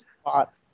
spot